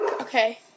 Okay